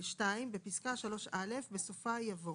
(2)בפסקה (3א), בסופה יבוא